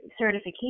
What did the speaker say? certification